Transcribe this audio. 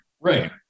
Right